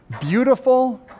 beautiful